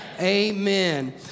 Amen